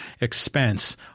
expense